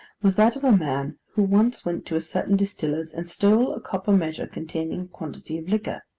was that of a man who once went to a certain distiller's and stole a copper measure containing a quantity of liquor.